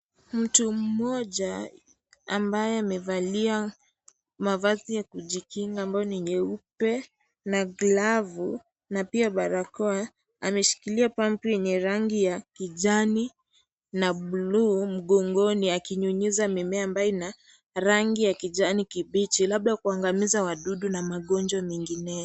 Mtu mmoja ambaye amevalia mavazi ya kujikinga ambayo ni nyeupe na glavu na pia barakoa ameshikilia pampu yenye rangi ya kijani na bluu mgongoni akinyunyiza mimea ambao ikona rangi ya kijani kibichi labda kuangamiza wadudu na magonjwa mengineyo.